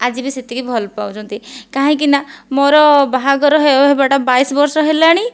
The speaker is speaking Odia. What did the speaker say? ଆଜି ବି ସେତିକି ଭଲପାଉଛନ୍ତି କାହିଁକି ନା ମୋର ବାହାଘର ହେବାଟା ବାଇଶ ବର୍ଷ ହେଲାଣି